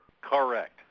Correct